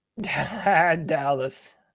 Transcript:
Dallas